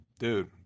Dude